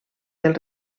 del